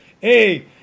hey